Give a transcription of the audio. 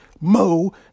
Mo